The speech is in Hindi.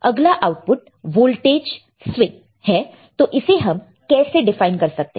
अगला आउटपुट वोल्टेज स्विंग है तो इसे हम कैसे डिफाइन कर सकते हैं